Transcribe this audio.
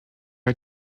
are